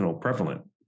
prevalent